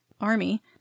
army